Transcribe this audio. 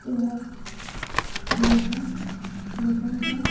ଏହା ଲୋକ ଲୋକଙ୍କ